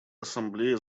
ассамблея